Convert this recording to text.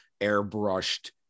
airbrushed